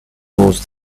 most